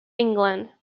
england